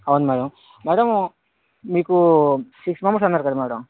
అవును madam madam మీకు six months అన్నారు కదా మేడం